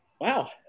Wow